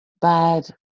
bad